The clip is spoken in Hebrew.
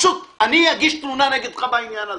אני אגיש תלונה נגדך בעניין הזה.